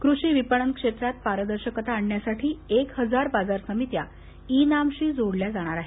कृषी विपणन क्षेत्रात पारदर्शकता आणण्यासाठी एक हजार बाजार समित्या ई नाम शी जोडल्या जाणार आहेत